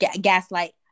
gaslight